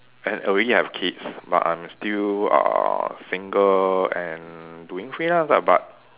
and already have kids but I'm still uh single and doing freelance ah but